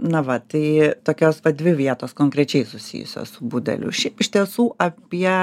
na va tai tokios dvi vietos konkrečiai susijusios su budeliu šiaip iš tiesų apie